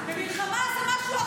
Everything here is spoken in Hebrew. תרד משם.